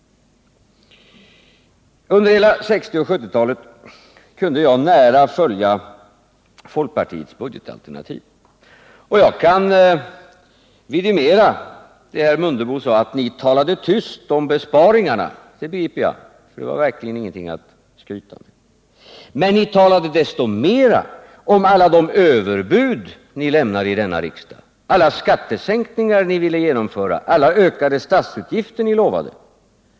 Under 1960 och 1970-talen kunde jag nära följa folkpartiets budgetalternativ. Jag kan vidimera vad herr Mundebo sade om att ni talar tyst om besparingarna. Det begriper jag, för det var verkligen ingenting att skryta med. Men ni talade desto mer om alla de överbud ni lämnade i denna riksdag, alla skattesänkningar ni ville genomföra, alla ökade statsutgifter ni lovade.